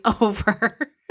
over